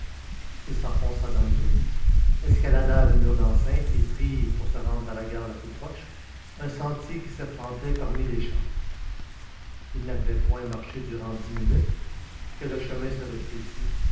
il s'enfonça dans les taillis escalada le mur d'enceinte et prit pour se rendre à la gare la plus proche un sentier qui serpentait parmi les champs il n'avait point marché durant dix minutes que le chemin se rétrécit